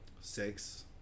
Six